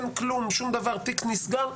התיק נסגר,